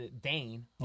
Dane